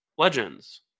legends